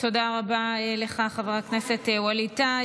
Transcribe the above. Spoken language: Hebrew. תודה רבה לך, חבר הכנסת ווליד טאהא.